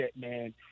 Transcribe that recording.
man